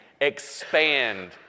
expand